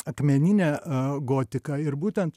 akmeninę gotiką ir būtent